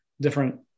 different